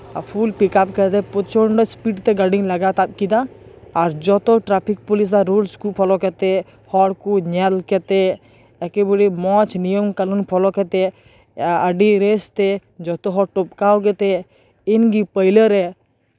ᱟᱨ full pickup ᱠᱟᱛᱮᱫ ᱯᱨᱚᱪᱚᱱᱰᱚ speed ᱛᱮ ᱜᱟᱹᱰᱤᱧ ᱞᱟᱜᱟ ᱛᱟᱵ ᱠᱮᱫᱟ ᱟᱨ ᱡᱚᱛᱚ ᱴᱨᱟᱯᱷᱤᱠ ᱯᱩᱞᱤᱥ ᱟᱜ ᱨᱩᱞᱥ ᱠᱚ ᱯᱷᱳᱞᱳ ᱠᱟᱛᱮᱫ ᱦᱚᱲᱠᱚ ᱧᱮᱞ ᱠᱟᱛᱮᱫ ᱮᱠᱮᱵᱟᱨᱮ ᱢᱚᱡᱽ ᱱᱤᱭᱚᱢ ᱠᱟᱱᱩᱱ ᱯᱷᱳᱞᱳ ᱠᱟᱛᱮᱫ ᱟᱹᱰᱤ ᱨᱮᱥᱛᱮ ᱡᱚᱛᱚ ᱦᱚᱲ ᱴᱚᱯᱠᱟᱣ ᱠᱟᱛᱮᱫ ᱤᱧᱜᱮ ᱯᱟᱹᱭᱞᱟᱹ ᱨᱮ